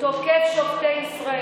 שמונה ימים.